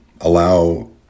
allow